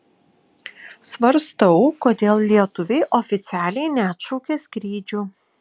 svarstau kodėl lietuviai oficialiai neatšaukia skrydžių